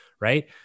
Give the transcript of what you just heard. right